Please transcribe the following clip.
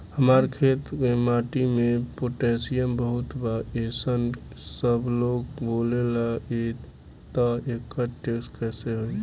हमार खेत के माटी मे पोटासियम बहुत बा ऐसन सबलोग बोलेला त एकर टेस्ट कैसे होई?